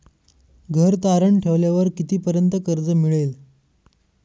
घर तारण ठेवल्यावर कितीपर्यंत कर्ज मिळेल?